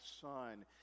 son